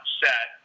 set